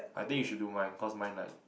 I think you should do mine cause mine like